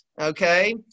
okay